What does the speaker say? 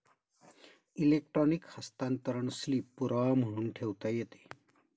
electronic हस्तांतरण slip पुरावा म्हणून ठेवता येते